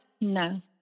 No